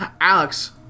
Alex